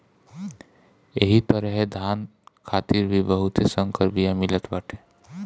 एही तरहे धान खातिर भी बहुते संकर बिया मिलत बाटे